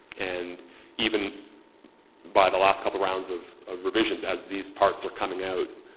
and even by the last couple of rounds of of revisions as these parts are coming out,